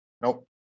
nope